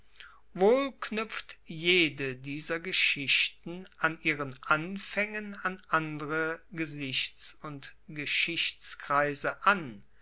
wohl knuepft jede dieser geschichten an ihren anfaengen an andere gesichts und geschichtskreise an